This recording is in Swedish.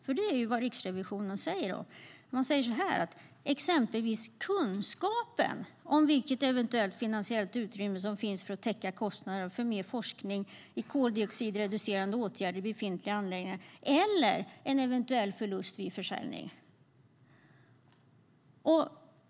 För det är vad Riksrevisionen säger, exempelvis när det gäller kunskapen om vilket eventuellt finansiellt utrymme som finns för att täcka kostnaderna för mer forskning i koldioxidreducerande åtgärder i befintliga anläggningar eller en eventuell förlust vid försäljning.